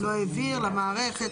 לא העביר למערכת,